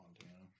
Montana